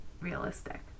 realistic